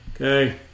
Okay